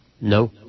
No